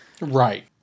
Right